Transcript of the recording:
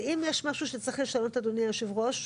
ואם יש משהו שצריך לשנות אדוני יושב הראש,